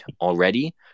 already